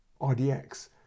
RDX